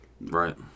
right